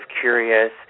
curious